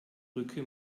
brücke